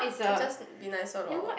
I just be nicer lor